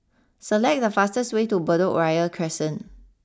select the fastest way to Bedok Ria Crescent